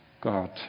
God